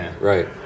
right